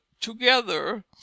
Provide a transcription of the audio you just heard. together